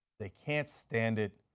they cannot stand it.